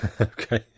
Okay